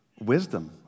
wisdom